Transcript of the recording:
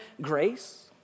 grace